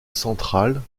centrale